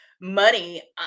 money